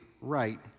right